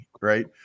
right